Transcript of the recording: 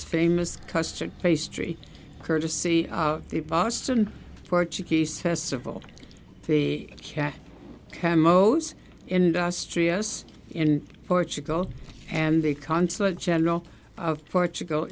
famous custard pastry courtesy of the boston portuguese festival the cat ten most industrious in portugal and the consul general of portugal